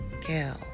kill